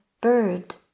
bird